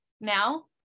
now